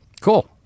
Cool